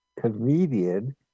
comedian